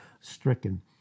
stricken